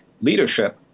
leadership